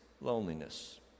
loneliness